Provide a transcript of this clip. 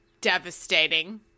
devastating